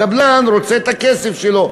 הקבלן רוצה את הכסף שלו,